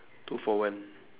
two for one